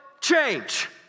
change